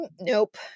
nope